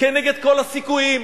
כנגד כל הסיכויים,